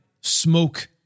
smoke